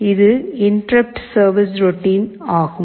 இது interrupt service routine ஆகும்